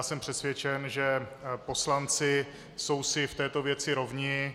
Jsem přesvědčen, že poslanci jsou si v této věci rovni.